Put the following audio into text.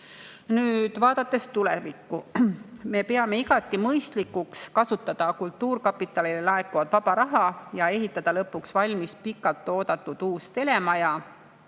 Vaadates tulevikku, peame igati mõistlikuks kasutada kultuurkapitalile laekuvat vaba raha ja ehitada lõpuks valmis pikalt oodatud uus telemaja,